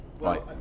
Right